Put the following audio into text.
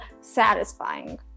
satisfying